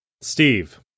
Steve